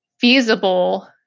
feasible